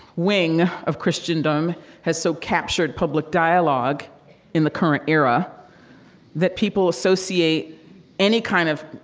wing of christendom has so captured public dialogue in the current era that people associate any kind of,